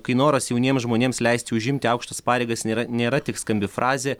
kai noras jauniems žmonėms leisti užimti aukštas pareigas nėra nėra tik skambi frazė